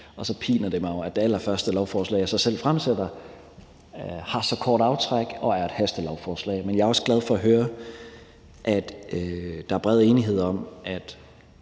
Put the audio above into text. og så piner det mig jo, at det allerførste lovforslag, jeg selv fremsætter, har så kort aftræk og er et hastelovforslag. Men jeg er også glad for at høre, at der er bred enighed om, at